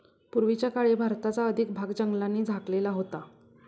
पूर्वीच्या काळी भारताचा अधिक भाग जंगलांनी झाकलेला होता